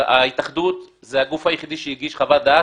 ההתאחדות זה הגוף היחיד שהגיש חוות דעת